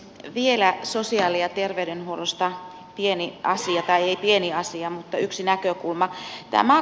vielä sosiaali ja terveydenhuollosta pieni asia tai ei pieni asia mutta yksi näkökulma